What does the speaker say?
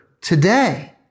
today